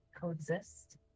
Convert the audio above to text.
coexist